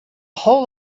whole